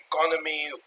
economy